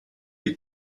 die